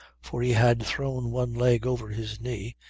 for he had thrown one leg over his knee,